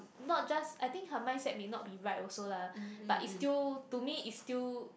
not just I think her mindset may not be right also lah but it's still to me it's still